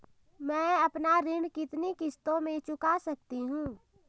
मैं अपना ऋण कितनी किश्तों में चुका सकती हूँ?